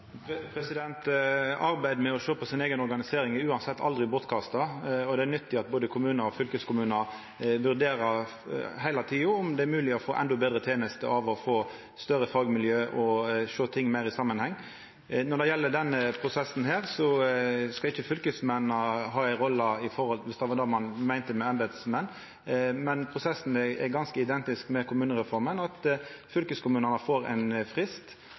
Arbeidet med å sjå på si eiga organisering er uansett aldri bortkasta. Det er nyttig at både kommunar og fylkeskommunar heile tida vurderer om det er mogleg å få endå betre tenester av å få større fagmiljø og sjå ting meir i samanheng. Når det gjeld denne prosessen, skal ikkje fylkesmennene ha ei rolle – viss det var det ein meinte med embetsmenn – men prosessen er ganske identisk med kommunereforma. Fylkeskommunane får ein frist,